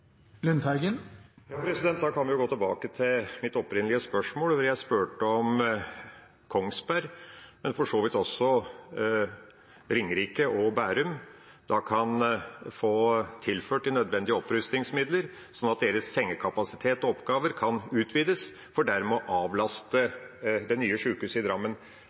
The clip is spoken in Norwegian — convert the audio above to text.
Da kan vi jo gå tilbake til mitt opprinnelige spørsmål, hvor jeg spurte om Kongsberg – men for så vidt også Ringerike og Bærum – kan få tilført de nødvendige opprustningsmidler, slik at deres sengekapasitet og oppgaver kan utvides, for dermed å avlaste det nye sykehuset i Drammen.